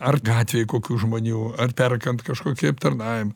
ar gatvėj kokių žmonių ar perkant kažkokį aptarnavimą